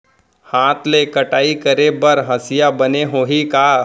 हाथ ले कटाई करे बर हसिया बने होही का?